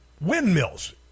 windmills